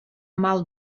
mal